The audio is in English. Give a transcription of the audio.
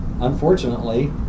Unfortunately